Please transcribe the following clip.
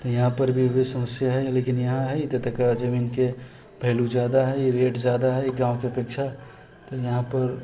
तऽ यहाँपर वएह समस्या हइ लेकिन यहाँ हइ तेकर बाद जमीनके वैल्यू ज्यादा हइ रेट ज्यादा हइ गाँवके अपेक्षा तऽ यहाँपर